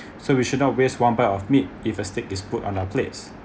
so we should not waste one bite of meat if a stick is put on our plates